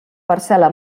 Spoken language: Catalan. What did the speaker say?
parcel·la